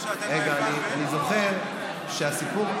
אני זוכר שהסיפור,